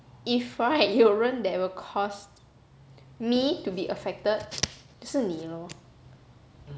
if right 有人 that will cause me to be affected 就是是你 lor